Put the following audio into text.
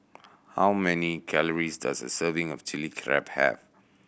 how many calories does a serving of Chili Crab have